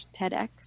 TEDx